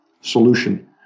solution